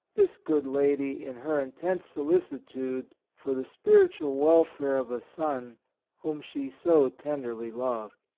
this good lady in her intense solicitude for the spirit ual welfare of a son whom she so tenderly loved.